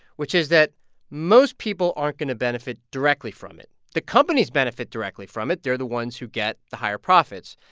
which is that most people aren't going to benefit directly from it. the companies benefit directly from it. they're the ones who get the higher profits.